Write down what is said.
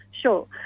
Sure